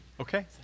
Okay